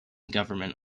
government